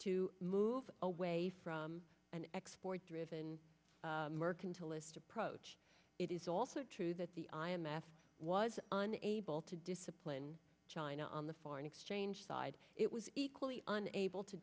to move away from an export driven mercantile list approach it is also true that the i m f was on able to discipline china on the foreign exchange side it was equally unable to